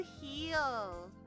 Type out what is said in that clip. heal